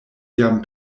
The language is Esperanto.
jam